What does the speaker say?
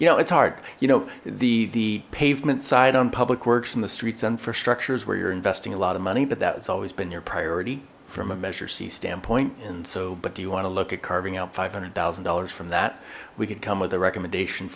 know it's hard you know the the pavement side on public works and the streets infrastructures where you're investing a lot of money but that's always been your priority from a measure c standpoint and so but do you want to look at carving out five hundred thousand dollars from that we could come with a recommendation